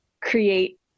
create